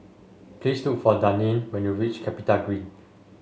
please look for Daneen when you reach CapitaGreen